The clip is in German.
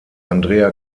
andrea